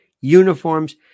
uniforms